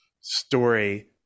story